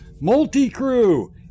Multi-Crew